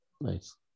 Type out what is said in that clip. Nice